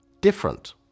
different